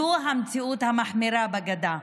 זו המציאות המחמירה בגדה.